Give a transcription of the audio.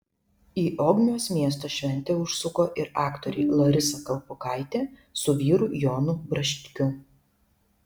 į ogmios miesto šventę užsuko ir aktoriai larisa kalpokaitė su vyru jonu braškiu